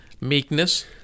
meekness